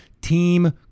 team